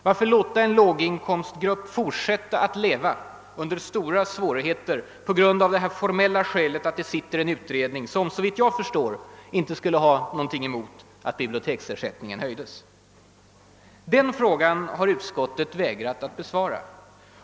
Varför låta en låginkomstgrupp fortsätta att leva under stora svårigheter på grund av det formella skälet, att det sitter en utredning som, såvitt jag förstår, inte skulle ha någonting emot att biblioteksersättningen höjdes? Den frågan har utskottet vägrat att besvara.